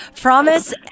promise